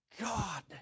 God